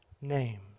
name